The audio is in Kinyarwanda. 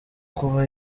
kuba